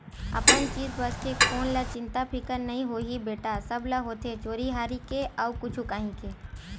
अपन चीज बस के कोन ल चिंता फिकर नइ होही बेटा, सब ल होथे चोरी हारी के अउ कुछु काही के